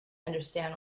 understand